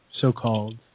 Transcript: so-called